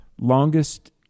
longest